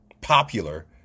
popular